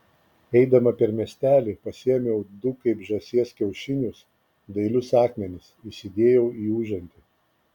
eidama per miestelį pasiėmiau du kaip žąsies kiaušinius dailius akmenis įsidėjau į užantį